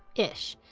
ish.